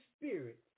Spirit